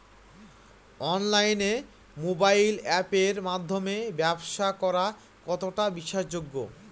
অনলাইনে মোবাইল আপের মাধ্যমে ব্যাবসা করা কতটা বিশ্বাসযোগ্য?